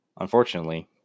unfortunately